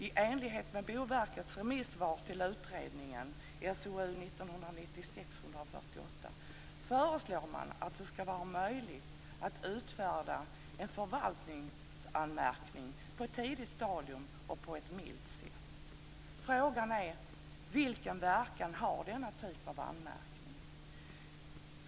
I enlighet med Boverkets remissvar till utredningen SOU 1996:148 föreslår man att det skall vara möjligt att utfärda en förvaltningsanmärkning på ett tidigt stadium och på ett milt sätt. Frågan är: Vilken verkan har denna typ av anmärkning?